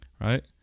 right